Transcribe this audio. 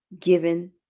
given